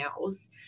else